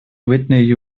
whitney